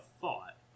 thought